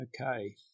Okay